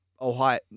Ohio –